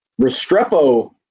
Restrepo